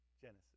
Genesis